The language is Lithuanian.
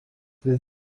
vis